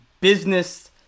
business